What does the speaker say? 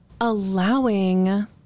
allowing